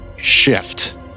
shift